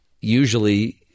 usually